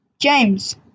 James